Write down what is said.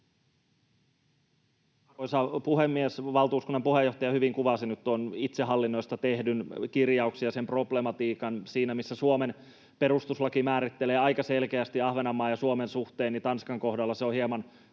Arvoisa puhemies! Valtuuskunnan puheenjohtaja hyvin kuvasi nyt tuon itsehallinnosta tehdyn kirjauksen ja sen problematiikan. Siinä missä Suomen perustuslaki määrittelee aika selkeästi Ahvenanmaan ja Suomen suhteen, Tanskan kohdalla se on hieman